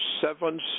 seven